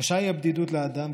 קשה היא הבדידות לאדם,